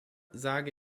sage